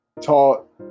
taught